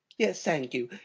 yes, thank you.